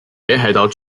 北海道